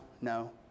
no